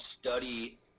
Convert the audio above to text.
study